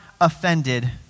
offended